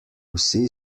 vsi